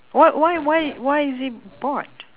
what why why why is he bored